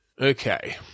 Okay